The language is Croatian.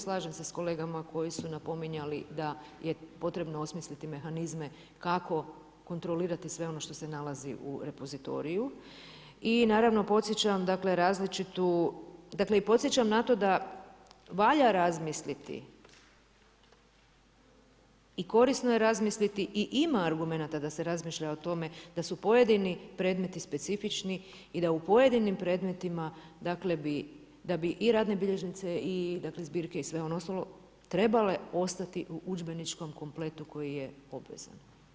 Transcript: Slažem se s kolegama koji su napominjali da je potrebno osmisliti mehanizme kako kontrolirati sve ono što se nalazi u repozitoriju i naravno podsjećam na to da valja razmisliti i korisno je razmisliti i ima argumenata da se razmišlja o tome da su pojedini predmeti specifični i da u pojedinim predmetima, da bi i radne bilježnice i zbirke i sve ono ostalo trebale ostati u udžbeničkom kompletu koji je obvezan.